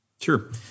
Sure